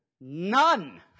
None